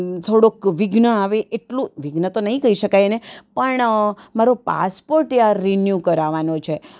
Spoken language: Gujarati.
થોડું વિઘ્ન આવે એટલું વિઘ્ન તો નહીં કહી શકાય એને પણ મારો પાસપોર્ટ યાર રીન્યુ કરાવવાનો છે